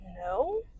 no